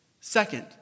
Second